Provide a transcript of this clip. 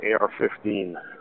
ar-15